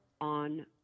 on